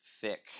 thick